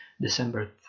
December